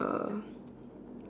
uh